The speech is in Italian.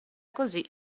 così